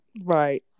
Right